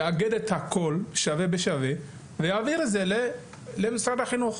יאגד את הכול שווה בשווה ויעביר את זה למשרד החינוך.